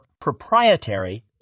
proprietary